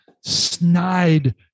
snide